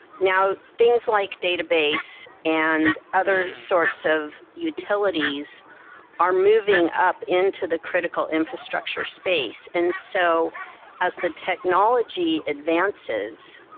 now, things like database and other sorts of utilities are moving up into the critical infrastructure space. and so as the technology advances,